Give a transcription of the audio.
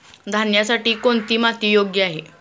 धान्यासाठी कोणती माती योग्य आहे?